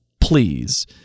please